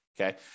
Okay